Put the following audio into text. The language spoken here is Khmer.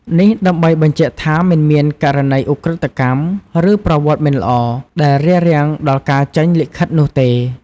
នេះដើម្បីបញ្ជាក់ថាមិនមានករណីឧក្រិដ្ឋកម្ម ឬប្រវត្តិមិនល្អដែលរារាំងដល់ការចេញលិខិតនោះទេ។